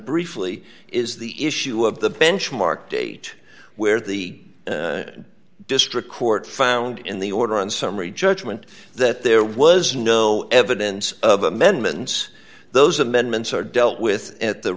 briefly is the issue of the benchmark date where the district court found in the order on summary judgment that there was no evidence of amendments those amendments are dealt with at the